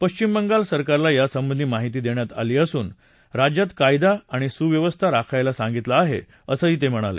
पश्चिम बंगाल सरकारला यासंबंधी माहिती देण्यात आली असून राज्यात कायदा आणि सुव्यवस्था राखायला सांगितलं आहे असं ते म्हणाले